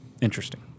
Interesting